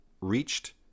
reached